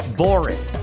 boring